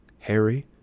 harry